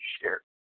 share